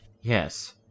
Yes